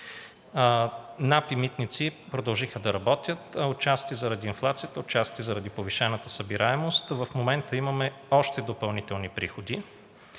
НАП и митниците продължиха да работят отчасти заради инфлацията, отчасти заради повишената събираемост. В момента имаме още допълнителни приходи,